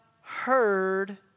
heard